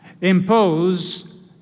impose